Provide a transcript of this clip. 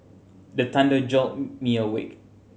the thunder jolt me awake